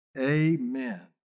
Amen